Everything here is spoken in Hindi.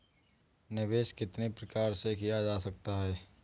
निवेश कितनी प्रकार से किया जा सकता है?